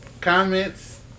comments